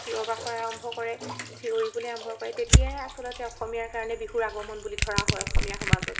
চিঞৰ বাখৰ আৰম্ভ কৰে চিঞৰিবলৈ আৰম্ভ কৰে তেতিয়াই আচলতে অসমীয়াৰ কাৰণে বিহুৰ আগমণ বুলি ধৰা হয় অসমীয়া সমাজত